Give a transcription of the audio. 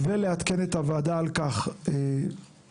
ולעדכן את הוועדה על כך בעוד